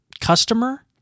customer